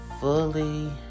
fully